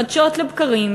חדשות לבקרים,